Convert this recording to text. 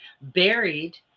buried